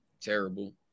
Terrible